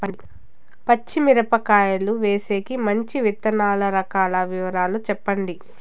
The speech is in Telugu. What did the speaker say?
పచ్చి మిరపకాయలు వేసేకి మంచి విత్తనాలు రకాల వివరాలు చెప్పండి?